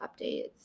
updates